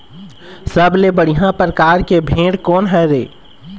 सबले बढ़िया परकार के भेड़ कोन हर ये?